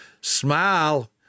smile